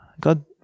God